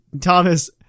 Thomas